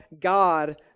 God